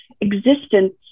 existence